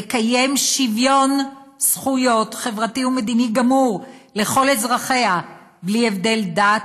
תקיים שוויון זכויות חברתי ומדיני גמור לכל אזרחיה בלי הבדל דת,